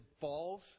falls